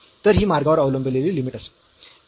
तर ही मार्गावर अवलंबलेली लिमिट असेल